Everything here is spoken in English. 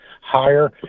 higher